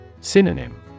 Synonym